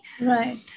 Right